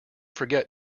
forget